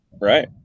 Right